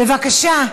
בבקשה.